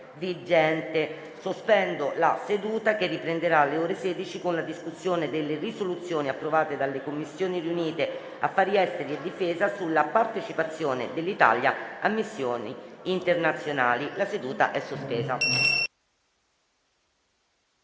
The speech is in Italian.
vigente. Sospendo la seduta, che riprenderà alle ore 16 con la discussione delle risoluzioni approvate dalle Commissioni riunite affari esteri e difesa sulla partecipazione dell'Italia a missioni internazionali. *(La seduta, sospesa